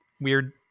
weird